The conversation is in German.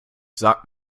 sagt